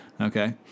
Okay